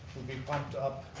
would be pumped up